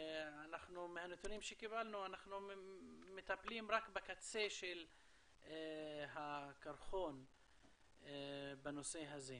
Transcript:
מהנתונים שקיבלנו אנחנו מטפלים רק בקצה הקרחון בנושא הזה.